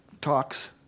Talks